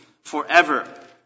forever